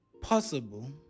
possible